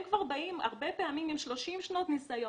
הם כבר באים הרבה פעמים עם 30 שנות ניסיון,